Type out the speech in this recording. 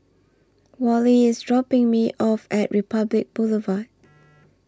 Wally IS dropping Me off At Republic Boulevard